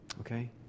Okay